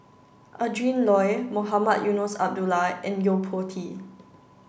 Adrin Loi Mohamed Eunos Abdullah and Yo Po Tee